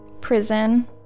prison